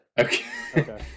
Okay